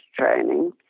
training